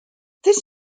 this